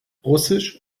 russisch